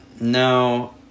no